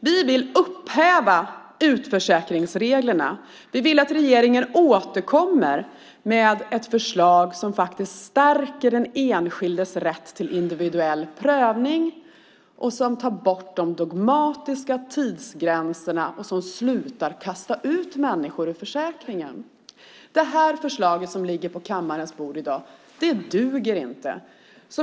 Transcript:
Vi vill upphäva utförsäkringsreglerna. Vi vill att regeringen återkommer med ett förslag som faktiskt stärker den enskildes rätt till individuell prövning, tar bort de dogmatiska tidsgränserna och slutar kasta ut människor ur försäkringen. Det förslag som ligger på kammarens bord i dag duger inte.